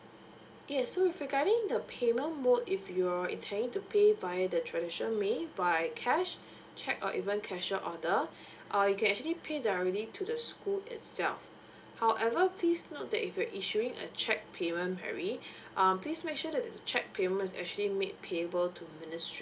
yes so with regarding the payment mode if you're intending to pay via the tradition way by cash cheque or even cashier order uh you actually pay directly to the school itself however please note that if you're issuing a cheque payment mary um please make sure that the cheque payment is actually made payable to ministry